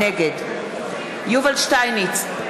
נגד יובל שטייניץ,